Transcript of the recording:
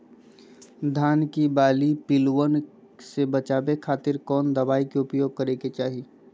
धान के बाली पिल्लूआन से बचावे खातिर कौन दवाई के उपयोग करे के चाही?